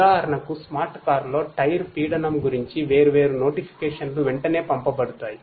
ఉదాహరణకు స్మార్ట్ కారులో టైర్ పీడనం గురించి వేర్వేరు నోటిఫికేషన్లు వెంటనే పంపబడతాయి